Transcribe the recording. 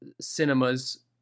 cinema's